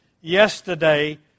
yesterday